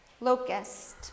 Locust